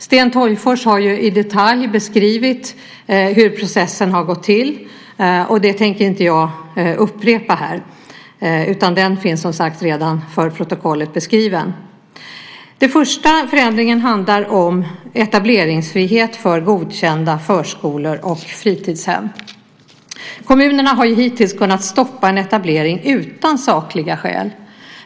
Sten Tolgfors har i detalj beskrivit hur processen har gått till. Det tänker inte jag upprepa utan den finns, som sagt, redan för protokollet beskriven. Den första förändringen handlar om etableringsfrihet för godkända förskolor och fritidshem. Kommunerna har hittills kunnat stoppa en etablering utan sakliga skäl.